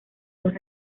los